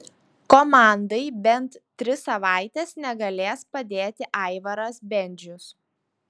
komandai bent tris savaites negalės padėti aivaras bendžius